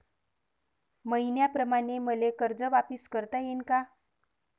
मईन्याप्रमाणं मले कर्ज वापिस करता येईन का?